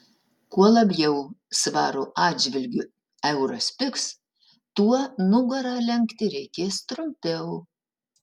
kuo labiau svaro atžvilgiu euras pigs tuo nugarą lenkti reikės trumpiau